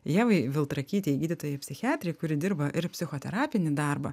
ievai viltrakytei gydytojai psichiatrei kuri dirba ir psichoterapinį darbą